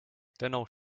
dennoch